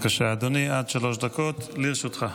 אדוני, עד שלוש דקות לרשותך.